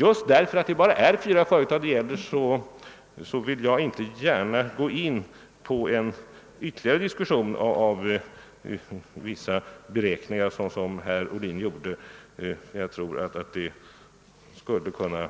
Just därför vill jag inte gärna gå in på en ytterligare diskussion av vissa beräkningar såsom herr Ohlin gjorde. Jag tror nämligen att det skulle kunna